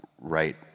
right